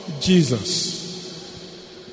Jesus